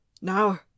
Now